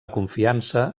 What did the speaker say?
confiança